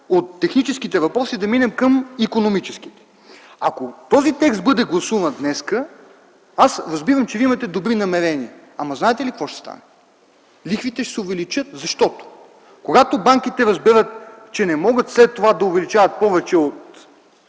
от техническите въпроси да минем към икономическите. Ако този текст бъде гласуван днес, аз разбирам, че Вие имате добри намерения, ама знаете ли какво ще стане? Лихвите ще се увеличат, защото, когато банките разберат, че не могат след това да увеличават повече от